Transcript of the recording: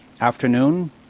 afternoon